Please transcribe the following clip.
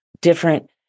different